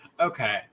Okay